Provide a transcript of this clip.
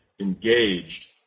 engaged